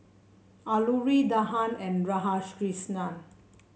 Alluri Dhyan and Radhakrishnan